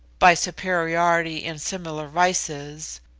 by superiority in similar vices,